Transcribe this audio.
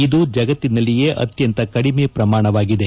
ಇದು ಜಗತ್ತಿನಲ್ಲಿಯೇ ಅತ್ಯಂತ ಕಡಿಮೆ ಪ್ರಮಾಣವಾಗಿದೆ